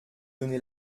donné